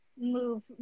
move